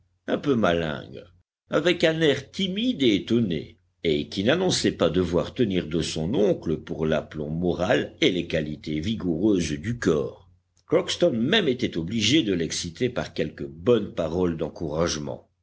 un peu malingre avec un air timide et étonné et qui n'annonçait pas devoir tenir de son oncle pour l'aplomb moral et les qualités vigoureuses du corps rockston même était obligé de l'exciter par quelques bonnes paroles